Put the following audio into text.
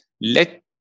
let